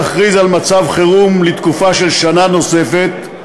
להכריז על מצב חירום לתקופה של שנה נוספת,